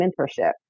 mentorship